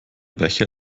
becher